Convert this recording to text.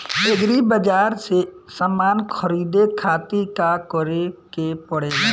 Agri बाज़ार से समान ख़रीदे खातिर का करे के पड़ेला?